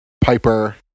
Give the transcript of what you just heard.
Piper